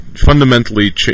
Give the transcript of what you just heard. fundamentally